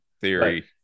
theory